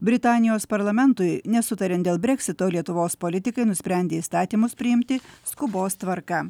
britanijos parlamentui nesutariant dėl breksito lietuvos politikai nusprendė įstatymus priimti skubos tvarka